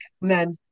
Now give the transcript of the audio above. men